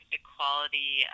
equality